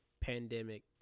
pandemic